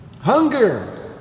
Hunger